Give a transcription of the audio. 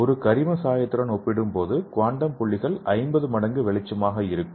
ஒரு கரிம சாயத்துடன் ஒப்பிடும்போது குவாண்டம் புள்ளிகள் 50 மடங்கு வெளிச்சமாக இருக்கும்